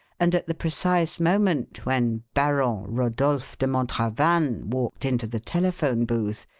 and at the precise moment when baron rodolf de montravanne walked into the telephone booth,